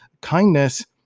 kindness